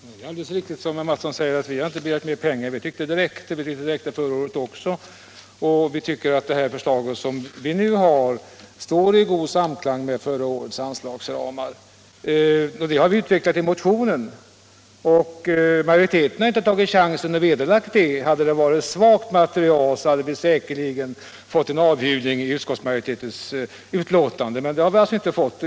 Herr talman! Det är alldeles riktigt som herr Mattsson säger att vi inte har begärt mer pengar. Vi tycker att det räcker. Vi tyckte att det räckte förra året också, och vi tycker att det förslag som vi nu har står i god samklang med förra årets anslagsramar. Det har vi utvecklat i motionen, och utskottsmajoriteten har inte försökt att vederlägga det. Hade vi fört fram ett svagt material så hade vi säkerligen fått en avhyvling i utskottets yttrande, men det har vi alltså inte fått.